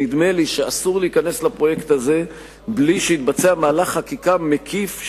נדמה לי שאסור להיכנס לפרויקט הזה בלי שיתבצע מהלך חקיקה מקיף,